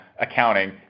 accounting